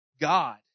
God